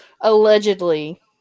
Allegedly